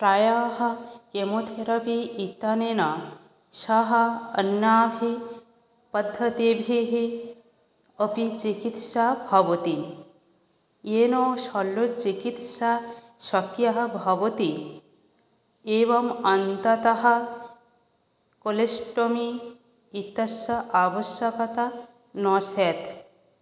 प्रायः केमोथेरेपी इत्यनेन सह अन्याभिः पद्धतीभिः अपि चिकित्सा भवति येन शल्यचिकित्सा शक्यः भवति एवम् अन्ततः कोलोस्टोमी इत्यस्य आवश्यकता न स्यात्